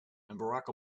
barack